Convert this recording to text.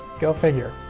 go figure.